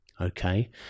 Okay